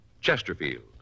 Chesterfield